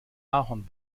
ahorn